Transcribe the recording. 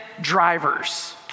drivers